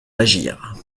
d’agir